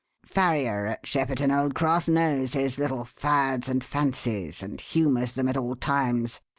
farrier at shepperton old cross knows his little fads and fancies and humours them at all times.